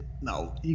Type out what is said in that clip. no